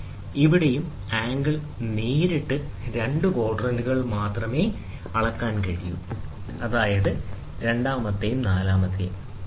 ഇവിടെയും ആംഗിൾ നേരിട്ട് രണ്ട് ക്വാഡ്രന്റുകളിൽ മാത്രമേ വായിക്കാൻ കഴിയൂ അതായത് രണ്ടാമത്തെയും നാലാമത്തെയും ശരി